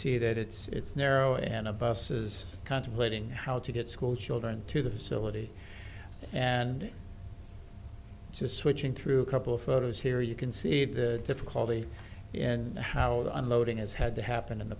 see that it's narrow and a bus is contemplating how to get schoolchildren to the facility and just switching through a couple of photos here you can see the difficulty and how the unloading is had to happen in the